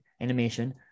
animation